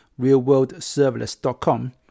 realworldserverless.com